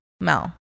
Mel